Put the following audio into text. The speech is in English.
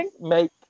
make